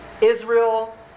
Israel